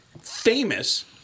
famous